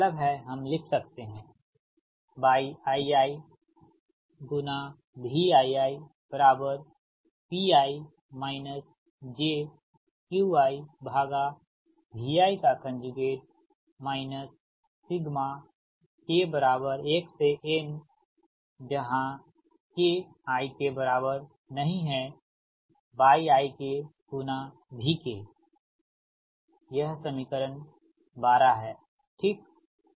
इसका मतलब है हम लिख सकते हैं Yii Vi Pi jQiVi k 1 k inYi k Vk Vi1Yi i Pi jQiVi k 1 k inYi k Vk यह समीकरण 12 है ठीक